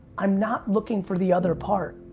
i'm not looking for the other part.